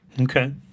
Okay